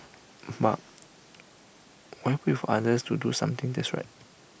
but why wait for others to do something that's right